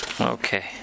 okay